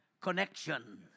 connection